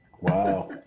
Wow